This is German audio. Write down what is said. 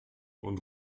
und